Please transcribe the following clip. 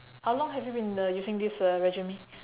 how long have you been uh using this uh regime